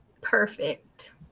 Perfect